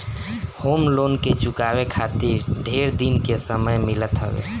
home loan के चुकावे खातिर ढेर दिन के समय मिलत हवे